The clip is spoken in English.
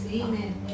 Amen